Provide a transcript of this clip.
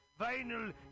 vinyl